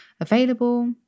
available